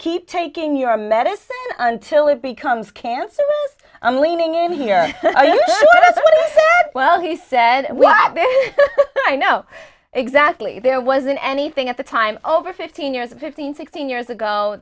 keep taking your medicine until it becomes cancer i'm leaning in here well he said well i've been i know exactly there wasn't anything at the time over fifteen years fifteen sixteen years ago